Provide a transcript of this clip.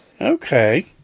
Okay